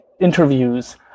interviews